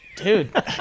Dude